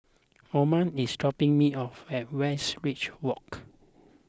Oma is dropping me off at Westridge Walk